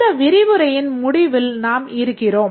இந்த விரிவுரையின் முடிவில் நாம் இருக்கிறோம்